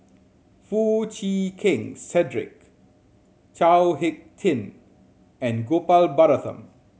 Foo Chee Keng Cedric Chao Hick Tin and Gopal Baratham